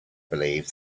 believe